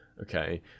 okay